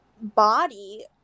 body